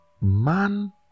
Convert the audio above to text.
man